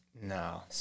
No